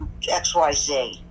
XYZ